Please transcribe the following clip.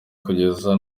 kugeza